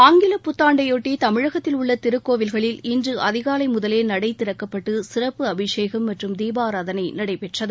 ஆங்கிலப் புத்தாண்டையொட்டி தமிழகத்தில் உள்ள திருக்கோவில்களில் இன்று அதிகாலை முதலே நடை திறக்கப்பட்டு சிறப்பு அபிஷேகம் மற்றும் தீபாராதனை நடைபெற்றது